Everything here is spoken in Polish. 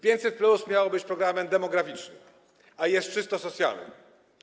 500+ miało być programem demograficznym, a jest programem czysto socjalnym.